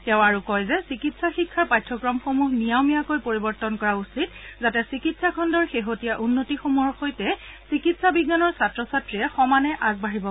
তেওঁ আৰু কয় যে চিকিৎসা শিক্ষাৰ পাঠ্যক্ৰমসমূহ নিয়মিয়াকৈ পৰিৱৰ্তন কৰা উচিত যাতে চিকিৎসা খণ্ডৰ শেহতীয়া উন্নতিসমূহৰ সৈতে চিকিৎসা বিজ্ঞানৰ ছাত্ৰ ছাত্ৰীয়ে সমানে আগবাঢ়িব পাৰে